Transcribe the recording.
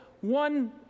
one